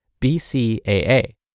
BCAA